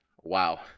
wow